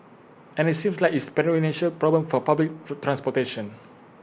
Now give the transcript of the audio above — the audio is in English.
and IT seems like it's A perennial problem for public transportation